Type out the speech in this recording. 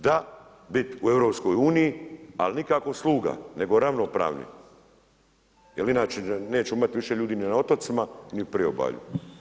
Da bit u EU, ali nikako sluga, nego ravnopravni jer inače nećemo imat više ljudi ni na otocima, ni u priobalju.